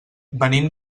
venim